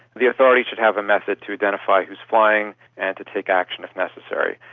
the authorities should have a method to identify who is flying and to take action if necessary.